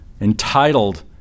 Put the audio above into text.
entitled